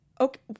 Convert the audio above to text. okay